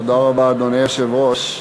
אדוני היושב-ראש,